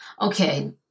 Okay